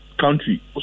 country